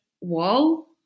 wall